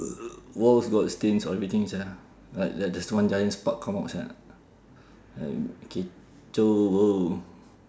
walls got stains all everything sia like like there's one giant spark come out sia like kecoh !whoa!